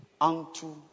unto